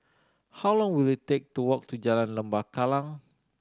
how long will it take to walk to Jalan Lembah Kallang